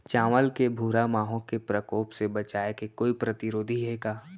चांवल के भूरा माहो के प्रकोप से बचाये के कोई प्रतिरोधी हे का?